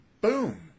boom